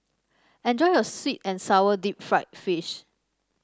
enjoy your sweet and sour Deep Fried Fish